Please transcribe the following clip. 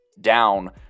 down